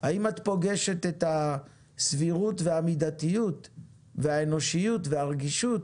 האם את פוגשת את הסבירות ואת המידתיות והאנושיות והרגישות